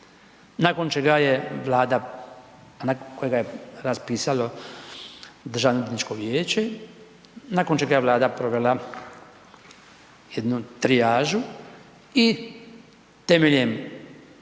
Nakon čega je Vlada, nakon kojega je raspisalo Državno-odvjetničko vijeće, nakon čega je Vlada provela jednu trijažu i temeljem